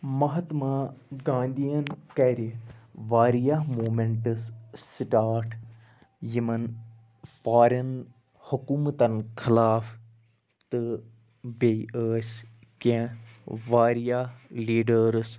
مہاتما گاندِھیَن کَرِ واریاہ موٗمیٚنٹٕس سِٹارٹ یمن فارِین حکومتَن خٕلاف تہٕ بیٚیہِ ٲسۍ کیٚنٛہہ واریاہ لیٖڈرٕس